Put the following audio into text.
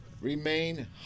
remain